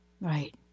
Right